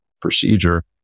procedure